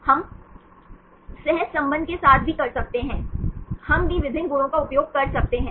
हम सहसंबंध के साथ भी कर सकते हैं हम भी विभिन्न गुणों का उपयोग कर सकते हैं